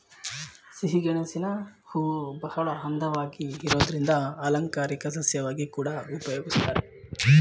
ಸಿಹಿಗೆಣಸಿನ ಹೂವುಬಹಳ ಅಂದವಾಗಿ ಇರೋದ್ರಿಂದ ಅಲಂಕಾರಿಕ ಸಸ್ಯವಾಗಿ ಕೂಡಾ ಉಪಯೋಗಿಸ್ತಾರೆ